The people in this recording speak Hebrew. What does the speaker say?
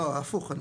לא, הפוך.